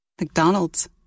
McDonald's